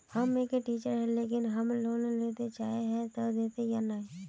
हम एक टीचर है लेकिन हम लोन लेले चाहे है ते देते या नय?